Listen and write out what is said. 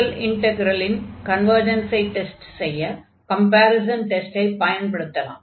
முதல் இன்டக்ரலின் கன்வர்ஜன்ஸை டெஸ்ட் செய்ய கம்பேரிஸன் டெஸ்டைப் பயன்படுத்தலாம்